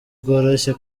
bworoshye